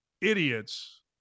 idiots